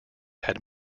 had